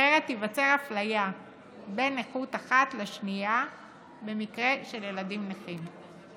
אחרת תיווצר אפליה בין נכות אחת לשנייה במקרה של ילדים נכים.